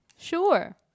sure